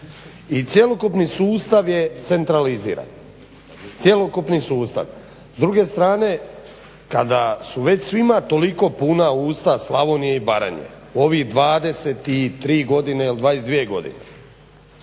i cjelokupni sustav je centraliziran, cjelokupni sustav. S druge strane, kada su već svima toliko puna usta Slavonije i Baranje, ovih 23 godine ili 22 godine,